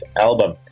album